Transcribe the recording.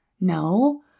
no